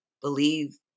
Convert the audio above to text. believe